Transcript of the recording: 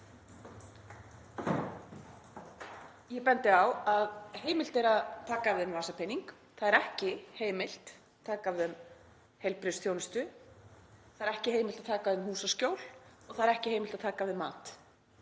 Ég bendi á að heimilt er að taka af þeim vasapening en það er ekki heimilt að taka af þeim heilbrigðisþjónustu, það er ekki heimilt að taka af þeim húsaskjól og það er ekki heimilt að taka af þeim mat.